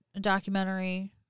documentary